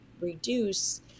reduce